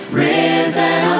risen